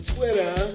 Twitter